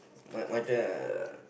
my my thing ah